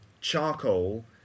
Charcoal